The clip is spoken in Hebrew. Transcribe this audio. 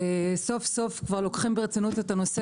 סוף סוף כבר לוקחים ברצינות את הנושא,